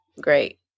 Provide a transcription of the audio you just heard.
great